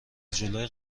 جلوی